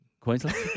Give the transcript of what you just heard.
Queensland